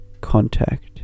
contact